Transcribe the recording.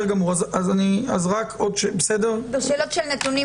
של נתונים